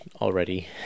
already